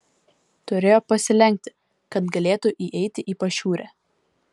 turėjo pasilenkti kad galėtų įeiti į pašiūrę